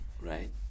right